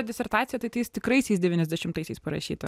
disertaciją tai tais tikraisiais devyniasdešimtaisiais parašyta